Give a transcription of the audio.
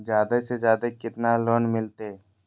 जादे से जादे कितना लोन मिलते?